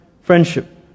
friendship